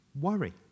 worry